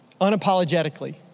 Unapologetically